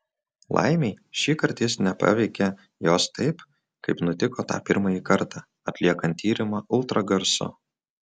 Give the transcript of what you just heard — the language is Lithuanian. laimei šįkart jis nepaveikė jos taip kaip nutiko tą pirmąjį kartą atliekant tyrimą ultragarsu